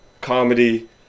comedy